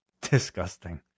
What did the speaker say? Disgusting